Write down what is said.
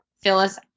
Phyllis